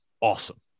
awesome